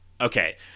Okay